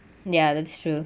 ya that's true